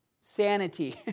sanity